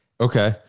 Okay